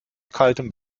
kaltem